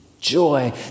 joy